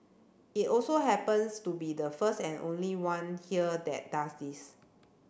it also happens to be the first and only one here that does this